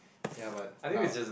ya but not